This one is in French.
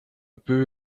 peu